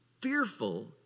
fearful